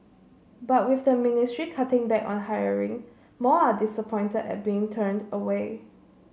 but with the ministry cutting back on hiring more are disappointed at being turned away